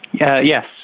Yes